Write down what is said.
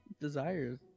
Desire's